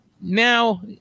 now